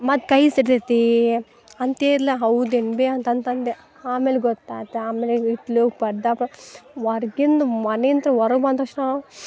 ಮತ್ತೆ ಕೈ ಸಿಡ್ತೈತಿ ಅಂತೇದ್ಲ ಹೌದೇನು ಬಿ ಅಂತಂತಂದೆ ಆಮೇಲೆ ಗೊತ್ತಾತು ಆಮೇಲೆ ಇಟ್ಲು ಪರ್ದಾಬ ಹೊರ್ಗಿಂದ್ ಮನಿಯಿಂದ ಹೊರಗೆ ಬಂದ ತಕ್ಷಣ